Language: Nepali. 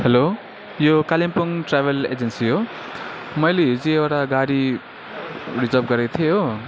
हेलो यो कालिम्पोङ ट्राभल एजेन्सी हो मैले हिजो एउटा गाडी रिजर्भ गरेको थिएँ हो